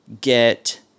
get